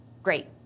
Great